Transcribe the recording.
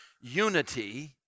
unity